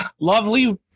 lovely